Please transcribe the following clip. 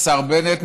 השר בנט,